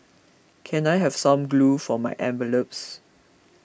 can I have some glue for my envelopes